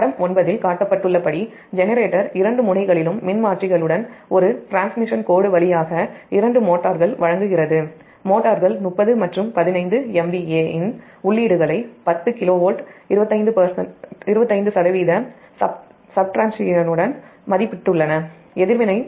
படம் 9 இல் காட்டப்பட்டுள்ளபடி ஜெனரேட்டர் இரண்டு முனைகளிலும் மின்மாற்றிகளுடன் ஒரு டிரான்ஸ்மிஷன் கோடு வழியாக இரண்டு மோட்டார்கள் வழங்குகிறது மோட்டார்கள் 30 மற்றும் 15 MVA இன் உள்ளீடுகளை 10KV 25 சப்டிரான்சியனுடன் எதிர்வினை மதிப்பிட்டுள்ளன